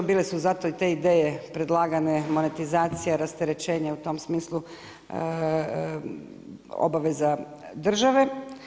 Bile su zato i te ideje predlagane, monetizacija, rasterećenje u tom smislu obaveza države.